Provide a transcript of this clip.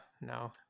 no